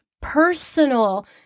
personal